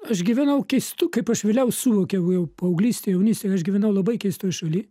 aš gyvenau keistu kaip aš vėliau suvokiau jau paauglystėj jaunystėj aš gyvenau labai keistoj šaly